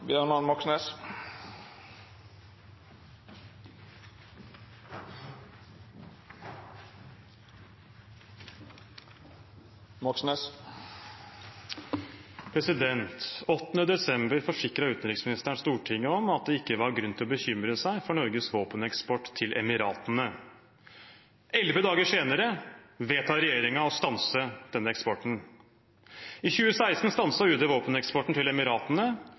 grunn til å bekymre seg for Norges våpeneksport til Emiratene. Elleve dager senere vedtar regjeringen å stanse denne eksporten. I 2016 stanset UD våpeneksporten til Emiratene.